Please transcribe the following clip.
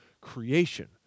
creation